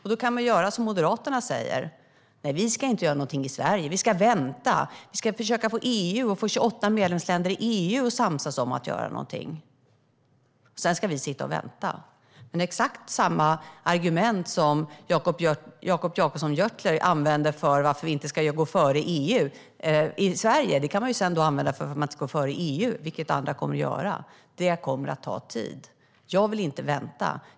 Man kan göra som Moderaterna säger: Vi ska inte göra någonting i Sverige, vi ska vänta och vi ska försöka få EU och 28 medlemsländer i EU att samsas om att göra någonting. Sedan ska vi sitta och vänta. Men exakt samma argument som Jonas Jacobsson Gjörtler använder för att vi i Sverige inte ska gå före i EU kan användas för varför EU inte ska gå före. Det kommer andra också att göra. Det kommer att ta tid. Jag vill inte vänta.